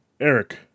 Eric